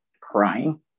crying